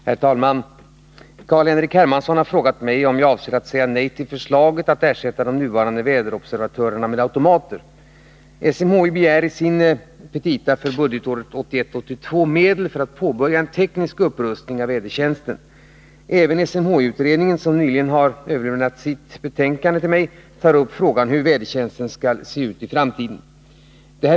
Herr talman! Carl-Henrik Hermansson har frågat mig om jag avser att säga nej till förslaget att ersätta de nuvarande väderobservatörerna med automater. SMHI begär i sin anslagsframställning för budgetåret 1981/82 medel för att påbörja en teknisk upprustning av vädertjänsten. Även SMHI-utredningen, som nyligen har överlämnat sitt betänkande till mig, tar upp frågan om hur vädertjänsten skall utformas i framtiden.